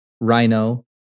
rhino